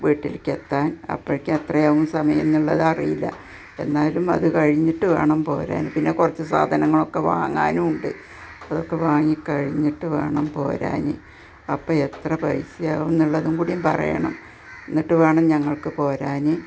വീട്ടിലേക്കെത്താൻ അപ്പോഴേക്ക് എത്രയാവും സമയം എന്നുള്ളത് അറിയില്ല എന്നാലും അത് കഴിഞ്ഞിട്ട് വേണം പോരാൻ പിന്നെ കുറച്ച് സാധനങ്ങളൊക്കെ വാങ്ങാനൂണ്ട് അപ്പോള് അതൊക്കെ വാങ്ങിക്കഴിഞ്ഞിട്ട് വേണം പോരാന് അപ്പോള് എത്ര പൈസയാകും എന്നുള്ളത് കൂടി പറയണം എന്നിട്ട് വേണം ഞങ്ങൾക്ക് പോരാന്